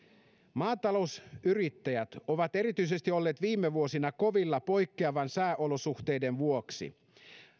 maatalousyrittäjät ovat erityisesti olleet viime vuosina kovilla poikkeavien sääolosuhteiden vuoksi